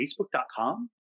Facebook.com